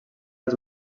als